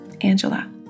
Angela